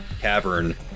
cavern